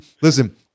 listen